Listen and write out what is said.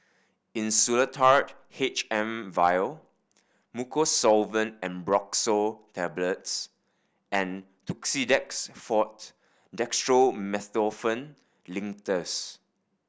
Insulatard H M Vial Mucosolvan Ambroxol Tablets and Tussidex Forte Dextromethorphan Linctus